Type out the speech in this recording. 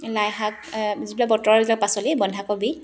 লাইশাক যিবিলাক বতৰৰ যে পাচলি বন্ধাকবি